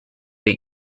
the